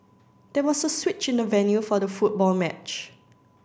there was a switch in the venue for the football match